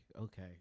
okay